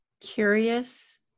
curious